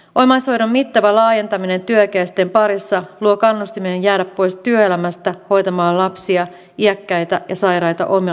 omaishoidon mittava laajentaminen työikäisten parissa luo kannustimen jäädä pois työelämästä hoitamaan lapsia iäkkäitä ja sairaita omaisia